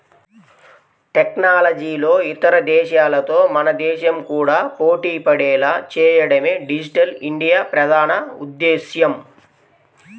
టెక్నాలజీలో ఇతర దేశాలతో మన దేశం కూడా పోటీపడేలా చేయడమే డిజిటల్ ఇండియా ప్రధాన ఉద్దేశ్యం